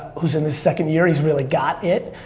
who in his second year, he's really got it.